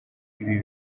ibi